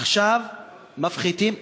עכשיו מפחיתים,